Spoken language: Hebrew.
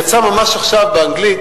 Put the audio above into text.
יצא ממש עכשיו באנגלית